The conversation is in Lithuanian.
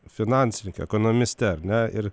finansininke ekonomiste ar ne ir